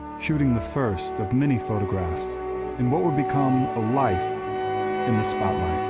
shooting the first of many photographs in what would become a life in the spotlight.